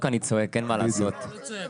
בסוף נקבע שהוא לא כשיר.